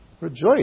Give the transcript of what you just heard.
rejoice